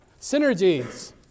Synergies